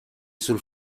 sul